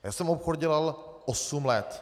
Já jsem obchod dělal osm let.